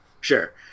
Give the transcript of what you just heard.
sure